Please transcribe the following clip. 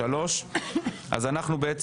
של חבר